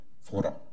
fora